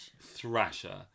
thrasher